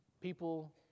People